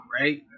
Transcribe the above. right